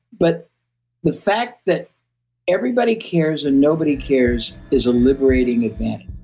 but the fact that everybody cares and nobody cares is a liberating advantage.